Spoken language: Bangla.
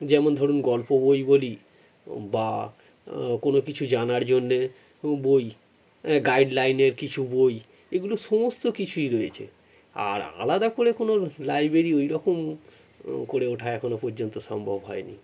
যেমন ধরুন গল্প বই বলি বা কোনও কিছু জানার জন্যে বই গাইডলাইনের কিছু বই এগুলো সমস্ত কিছুই রয়েছে আর আলাদা করে কোনও লাইব্রেরি ওইরকম করে ওঠা এখনও পর্যন্ত সম্ভব হয়নি